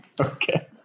Okay